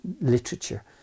literature